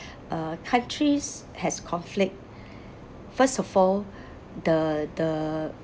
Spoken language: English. uh countries has conflict first of all the the